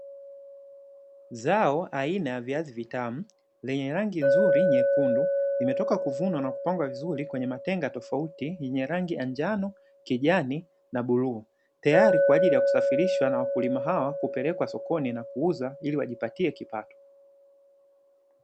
Zao la viazi vitamu lenye rangi nzuri nyekundu, limetoka kuvunwa na kupangwa vizuri kwenye matenga yenye rangi ya njano, kijani na bluu tayari kwa ajili ya kusafirishwa na wakulima hawa, kupelekwa sokoni na kuuzwa ili wajipatie kipato.